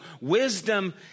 wisdom